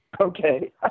Okay